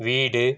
வீடு